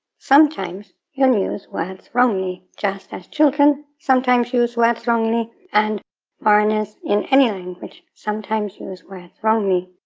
sometimes you'll use words wrongly just as children sometimes use words wrongly and foreigners in any language sometimes use words wrongly.